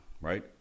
right